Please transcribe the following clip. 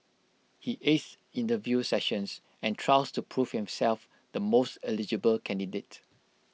he aced interview sessions and trials to prove himself the most eligible candidate